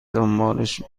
دنبالش